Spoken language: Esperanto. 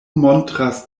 montras